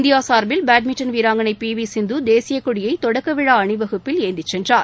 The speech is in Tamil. இந்தியா சார்பில் பேட்மின்டன் வீராங்கனை பி வி சிந்து தேசியக்கொடியை தொடக்க விழா அணிவகுப்பில் ஏந்தி சென்றார்